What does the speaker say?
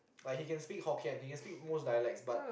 like he can speak hokkien he can speak most dialects but